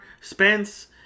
Spence